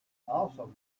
also